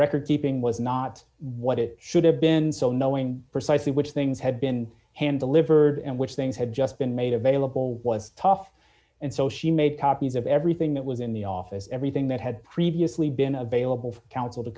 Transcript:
record keeping was not what it should have been so knowing precisely which things had been hand the liberty and which things had just been made available was tough and so she made copies of everything that was in the office everything that had previously been available for counsel to